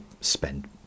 spend